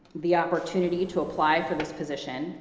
the opportunity to apply for this position,